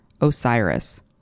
Osiris